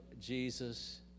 jesus